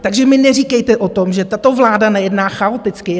Takže mi neříkejte o tom, že tato vláda nejedná chaoticky.